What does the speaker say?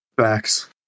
Facts